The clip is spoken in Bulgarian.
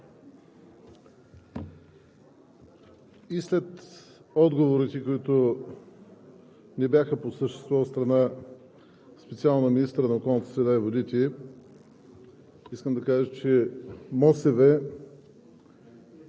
Уважаема госпожо Председател, уважаеми господин Министър, уважаеми колеги! И след отговорите, които не бяха по същество, специално от страна на министъра на околната среда и водите,